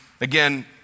Again